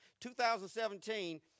2017